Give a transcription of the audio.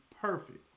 perfect